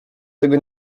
tego